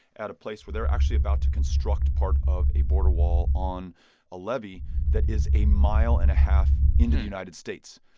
at a place where they're actually about to construct part of a border wall on a levee that is a mile and a half into the united states,